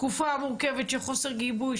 תקופה מורכבת של חוסר גיבוי,